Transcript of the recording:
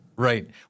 Right